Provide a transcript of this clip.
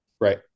Right